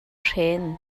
hren